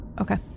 Okay